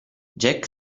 jack